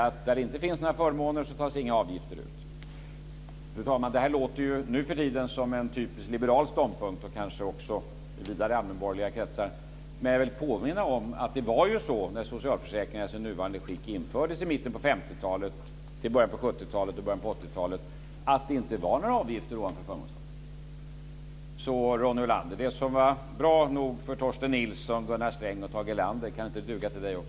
Där det inte finns några förmåner tas inga avgifter ut. Fru talman! Detta låter nuförtiden som en typiskt liberal ståndpunkt och kanske också en ståndpunkt från vidare allmänborgerliga kretsar, men jag vill påminna om att det inte var några avgifter ovanför förmånstaket från det att socialförsäkringen i sitt nuvarande skick infördes i mitten på 50-talet till början på 70-talet och 80-talet. Kan inte det som var bra nog för Torsten Nilsson, Gunnar Sträng och Tage Erlander duga också för Ronny Olander?